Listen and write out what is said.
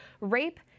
Rape